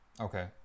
Okay